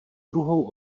druhou